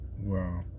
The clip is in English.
wow